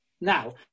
now